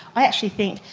i actually think,